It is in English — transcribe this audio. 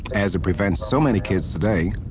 as it prevents so many kids today,